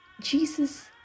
Jesus